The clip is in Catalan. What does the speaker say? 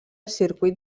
circuit